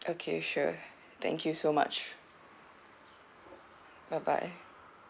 okay sure thank you so much bye bye